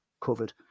covered